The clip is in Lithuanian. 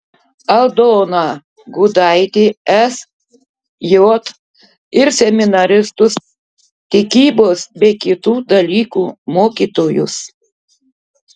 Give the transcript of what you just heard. aldoną gudaitį sj ir seminaristus tikybos bei kitų dalykų mokytojus